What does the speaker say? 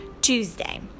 Tuesday